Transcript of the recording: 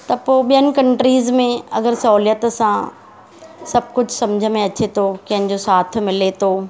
त पोइ ॿियनि कंट्रीज़ में अगरि सहूलियत सां सभु कुझु समुझ में अचे थो कंहिं जो साथ मिले थो